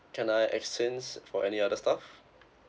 can I exchange for any other stuffs